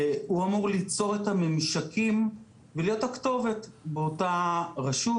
הוא זה שאמור ליצור את הממשקים ולהיות הכתובת באותה הרשות